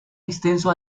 extenso